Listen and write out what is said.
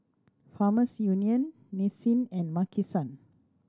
Farmers Union Nissin and Maki San